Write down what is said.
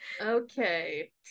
Okay